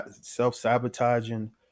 self-sabotaging